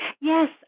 Yes